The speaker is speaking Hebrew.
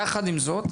יחד עם זאת,